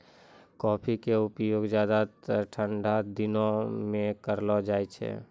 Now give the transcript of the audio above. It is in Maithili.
कॉफी के उपयोग ज्यादातर ठंडा दिनों मॅ करलो जाय छै